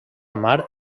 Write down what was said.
mar